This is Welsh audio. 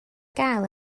gael